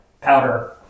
powder